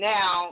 Now